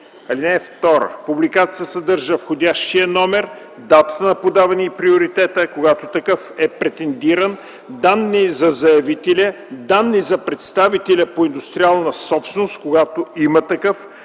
ал. 4. (2) Публикацията съдържа входящия номер, датата на подаване и приоритета, когато такъв е претендиран, данни за заявителя, данни за представителя по индустриална собственост, когато има такъв,